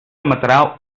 emetrà